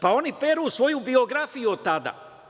Pa oni peru svoju biografiju od tada.